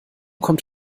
kommt